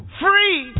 free